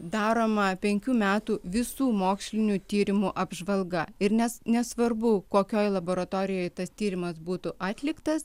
daroma penkių metų visų mokslinių tyrimų apžvalga ir nes nesvarbu kokioj laboratorijoj tas tyrimas būtų atliktas